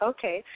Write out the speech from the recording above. Okay